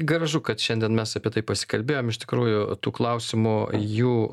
gražu kad šiandien mes apie tai pasikalbėjom iš tikrųjų tų klausimų jų